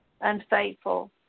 unfaithful